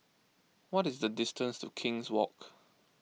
what is the distance to King's Walk